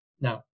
now